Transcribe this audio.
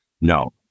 No